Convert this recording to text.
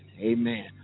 amen